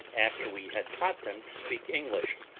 after we had taught them to speak english,